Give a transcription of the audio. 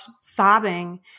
sobbing